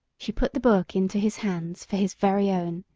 she put the book into his hands for his very own,